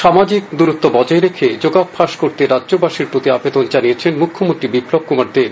সামাজিক দুরত্ব বজায় রেখে যোগাভ্যাস করতে রাজ্যবাসীর প্রতি আবেদন রেখেছেন মুখ্যমন্ত্রী বিপ্লব কুমার দেব